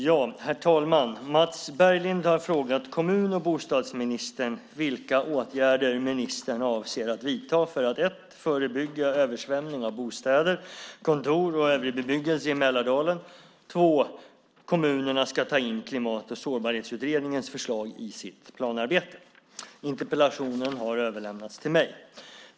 Herr talman! Mats Berglind har frågat kommun och bostadsministern vilka åtgärder ministern avser att vidta 1. för att förebygga översvämning av bostäder, kontor och övrig bebyggelse i Mälardalen och 2. för att kommunerna ska ta in Klimat och sårbarhetsutredningens förslag i sitt planarbete. Interpellationen har överlämnats till mig.